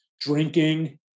drinking